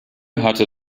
hatte